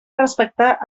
respectar